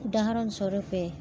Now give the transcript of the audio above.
উদাহৰণস্বৰূপে